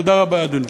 תודה רבה, אדוני.